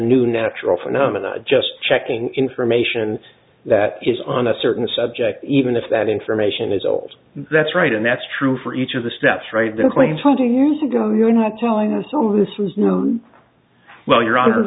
new natural phenomenon just checking information that is on a certain subject even if that information is old that's right and that's true for each of the steps right then claim told you years ago you're not telling some of this was known well your honor